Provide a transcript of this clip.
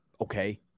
okay